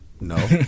No